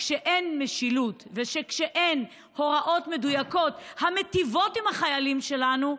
כשאין משילות וכשאין הוראות מדויקות המיטיבות עם החיילים שלנו,